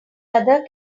other